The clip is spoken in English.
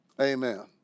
Amen